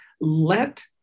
let